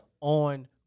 on